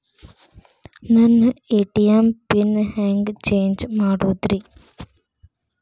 ನನ್ನ ATM pin change ಹೆಂಗ್ ಮಾಡೋದ್ರಿ?